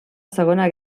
segona